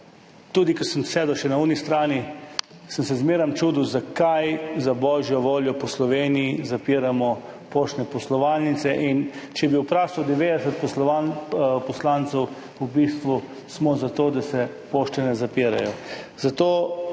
tudi ko sem sedel še na oni strani, sem se zmeraj čudil, zakaj za božjo voljo po Sloveniji zapiramo poštne poslovalnice. Če bi vprašal 90 poslancev, smo v bistvu za to, da se pošte ne zapirajo.